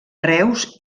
reus